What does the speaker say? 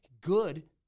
good